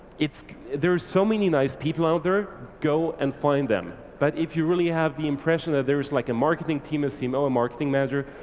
there's so many nice people out there. go and find them. but if you really have the impression that there's like a marketing team, a cmo, a marketing manager,